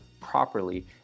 properly